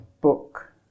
book